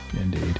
Indeed